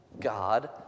God